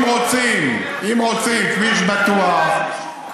אם רוצים כביש בטוח,